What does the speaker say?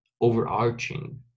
overarching